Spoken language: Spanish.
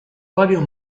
varios